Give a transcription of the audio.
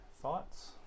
thoughts